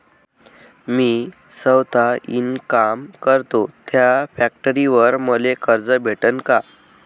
मी सौता इनकाम करतो थ्या फॅक्टरीवर मले कर्ज भेटन का?